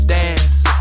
dance